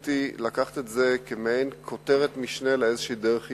רציתי לקחת את זה כמעין כותרת משנה לדרך התנהלות.